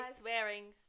swearing